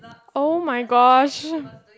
[oh]-my-gosh